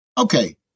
Okay